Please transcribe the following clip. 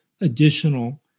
additional